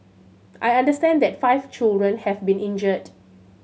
I understand that five children have been injured